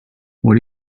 what